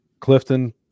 Clifton